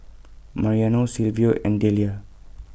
Mariano Silvio and Dellia